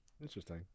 Interesting